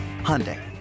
Hyundai